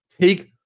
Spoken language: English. take